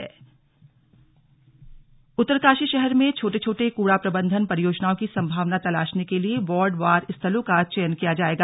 slug मुख्य सचिव बैठक उत्तरकाशी शहर में छोटे छोटे कूड़ा प्रबंधन परियोजनाओं की सम्भावना तलाशने के लिए वार्ड वार स्थलों का चयन किया जाएगा